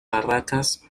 barracas